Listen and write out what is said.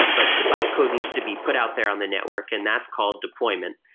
but the byte code needs to be put out there on the network, and that's called deployment,